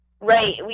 Right